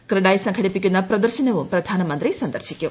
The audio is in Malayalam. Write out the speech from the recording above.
ക്രഡായി സംഘടിപ്പിക്കുന്ന പ്രദർശനവും പ്രധാനമന്ത്രി സന്ദർശിക്കും